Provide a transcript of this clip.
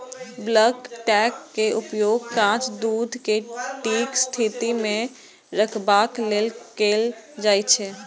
bulk tank के उपयोग कांच दूध कें ठीक स्थिति मे रखबाक लेल कैल जाइ छै